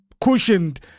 cushioned